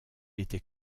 était